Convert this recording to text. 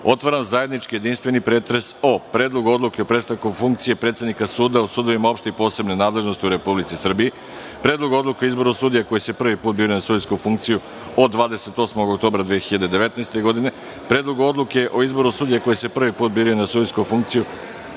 otvaram zajednički jedinstveni pretres o: Predlogu odluke o prestanku funkcije predsednika suda u sudovima opšte i posebne nadležnosti u Republici Srbiji; Predlogu odluke o izboru sudija koji se prvi put biraju na sudijsku funkciju od 28. oktobra 2019. godine; Predlogu odluke o izboru sudija koji se prvi put biraju na sudijsku funkciju